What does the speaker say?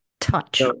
touch